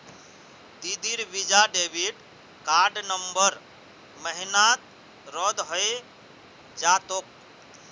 दीदीर Visa debit card नवंबर महीनात रद्द हइ जा तोक